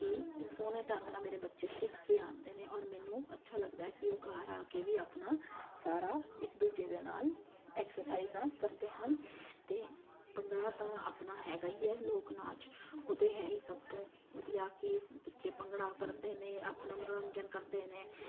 ਕਿ ਸੋਹਣੇ ਢੰਗ ਨਾਲ ਮੇਰੇ ਬੱਚੇ ਸਿੱਖ ਕੇ ਆਉਂਦੇ ਨੇ ਔਰ ਮੈਨੂੰ ਅੱਛਾ ਲੱਗਦਾ ਕਿ ਉਹ ਘਰ ਆ ਕੇ ਵੀ ਆਪਣਾ ਸਾਰਾ ਇੱਕ ਦੂਜੇ ਦੇ ਨਾਲ ਐਕਸਰਸਾਈਜ਼ਾਂ ਕਰਦੇ ਹਨ ਅਤੇ ਭੰਗੜਾ ਤਾਂ ਆਪਣਾ ਹੈਗਾ ਹੀ ਹੈ ਲੋਕ ਨਾਚ ਉਹ ਤਾਂ ਹੈ ਹੀ ਸਭ ਤੋਂ ਵਧੀਆ ਕਿ ਬੱਚੇ ਭੰਗੜਾ ਕਰਦੇ ਨੇ ਆਪਣੇ ਮੰਨੋਰੰਜਨ ਕਰਦੇ ਨੇ